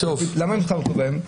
למה הם חזרו בהם?